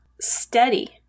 steady